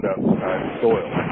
soil